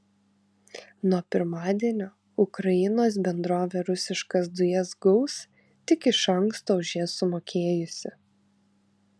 nuo pirmadienio ukrainos bendrovė rusiškas dujas gaus tik iš anksto už jas sumokėjusi